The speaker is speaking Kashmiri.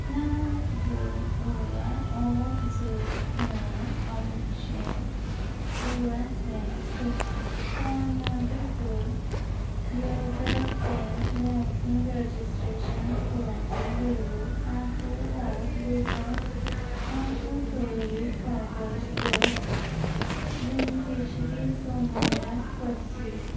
نَو زٕ ٲٹھ اکھ زٕ پانٛژھ اکھ شےٚ ٲٹھ ترٛےٚ صفر فون نمبرٕ سۭتۍ یوزر سٕنٛز ویٚکسیٖن رجسٹرٛیشن خٲطرٕ بھٔرِو اَٹھووُہ اکھ زٕ ساس اکوُہ تٲریٖخ پیدٲیش تہٕ بیٚنِفشرِی سُمیہ پٲٹھۍ